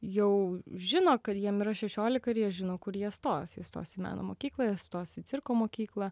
jau žino kad jiem yra šešiolika ir jie žino kur jie stos įstos į meno mokyklą stos į cirko mokyklą